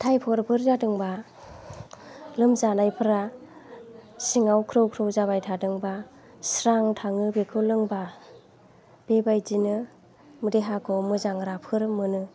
थायफइडफोर जादोंबा लोमजानायफोरा सिङाव ग्रौ ग्रौ जाबाय थादोंबा स्रां थाङो बेखौ लोंबा बेबायदिनो देहाखौ मोजां राफोद मोनो